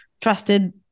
trusted